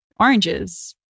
oranges